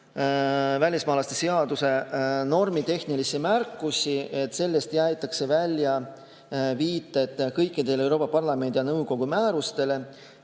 välismaalaste seaduse normitehnilisi märkusi. Sealt jäetakse välja viited kõikidele Euroopa Parlamendi ja nõukogu määrustele,